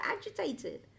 agitated